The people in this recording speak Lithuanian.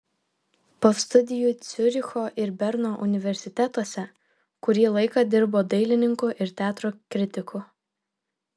po studijų ciuricho ir berno universitetuose kurį laiką dirbo dailininku ir teatro kritiku